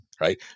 right